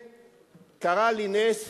קרה לי נס